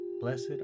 Blessed